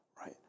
right